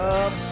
up